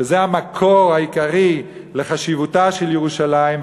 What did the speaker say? שזה המקור העיקרי לחשיבותה של ירושלים,